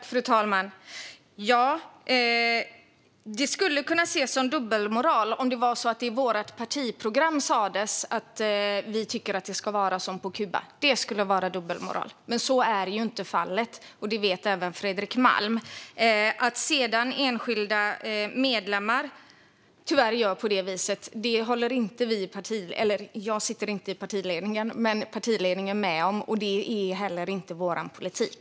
Fru talman! Det skulle kunna ses som dubbelmoral om det sas i vårt partiprogram att vi tycker att det ska vara som på Kuba. Det skulle vara dubbelmoral. Men så är inte fallet, och det vet även Fredrik Malm. Att enskilda medlemmar sedan tyvärr gör och säger på det viset håller inte partiledningen - där jag inte sitter - med om. Det är inte heller vår etik.